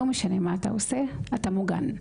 לא משנה מה אתה עושה אתה מוגן,